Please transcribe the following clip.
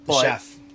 Chef